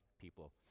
people